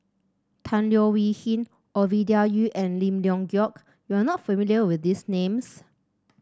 Tan Leo Wee Hin Ovidia Yu and Lim Leong Geok you are not familiar with these names